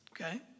Okay